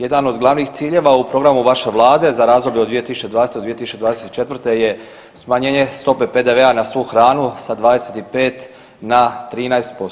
Jedan od glavnih ciljeva u programu vaše vlade za razdoblju od 2020. do 2024. je smanjenje stope PDV-a na svu hranu sa 25 na 13%